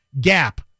gap